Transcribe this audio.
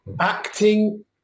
Acting